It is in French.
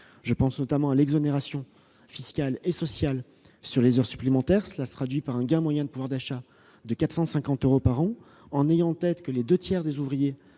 Je pense notamment à l'exonération fiscale et sociale sur les heures supplémentaires, qui se traduit par un gain moyen de pouvoir d'achat de 450 euros par an. Il faut avoir en tête que les deux tiers des ouvriers